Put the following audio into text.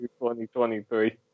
2023